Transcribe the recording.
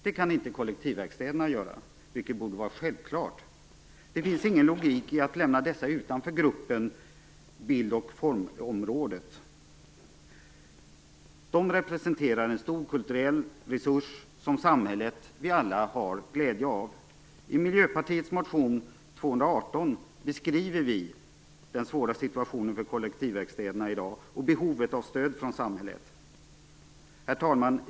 Det kan inte kollektivverkstäderna göra, vilket borde vara självklart. Det finns ingen logik i att lämna dessa utanför inom området bild och form. De representerar en stor kulturell resurs som samhället, vi alla, har glädje av. I Miljöpartiets motion 218 beskriver vi den svåra situation som kollektivverkstäderna har i dag och behovet av samhällets stöd. Herr talman!